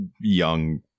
young